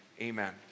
Amen